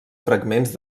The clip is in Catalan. fragments